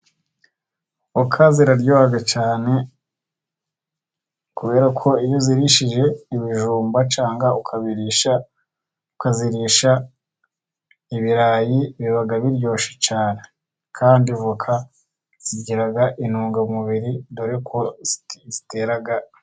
Voka ziraryoha cyane, kubera ko iyo uzirishije ibijumba cyangwa ukazirisha ibirayi, biba biryoshye cyane kandi voka zigira intungamubiri, dore ko zitera imbaraga.